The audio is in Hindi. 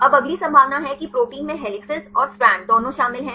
अब अगली संभावना है कि प्रोटीन में हेलिसेस और स्ट्रैंड दोनों शामिल हैं